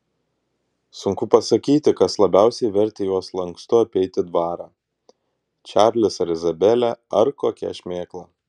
sunku pasakyti kas labiausiai vertė juos lankstu apeiti dvarą čarlis ar izabelė ar kokia šmėkla